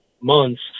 months